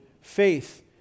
faith